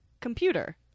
computer